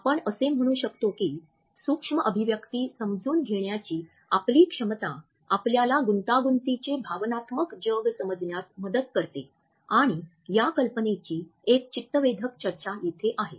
आपण असे म्हणू शकतो की सूक्ष्म अभिव्यक्ती समजून घेण्याची आपली क्षमता आपल्याला गुंतागुंतीचे भावनात्मक जग समजण्यास मदत करते आणि या कल्पनेची एक चित्तवेधक चर्चा येथे आहे